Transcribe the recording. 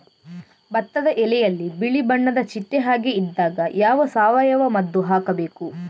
ಭತ್ತದ ಎಲೆಯಲ್ಲಿ ಬಿಳಿ ಬಣ್ಣದ ಚಿಟ್ಟೆ ಹಾಗೆ ಇದ್ದಾಗ ಯಾವ ಸಾವಯವ ಮದ್ದು ಹಾಕಬೇಕು?